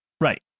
Right